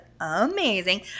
amazing